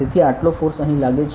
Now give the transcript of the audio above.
તેથી આટલો ફોર્સ અહીં લાગે છે